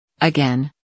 Again